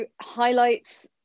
highlights